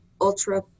ultra